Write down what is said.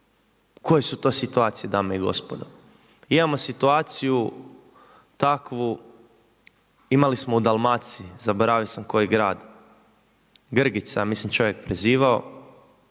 Koje su to situacije dame i gospodo? Imamo situaciju takvu, imali smo u Dalmaciji zaboravio sam koji grad, Grgić se ja mislim čovjek prezivao,